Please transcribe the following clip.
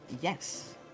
yes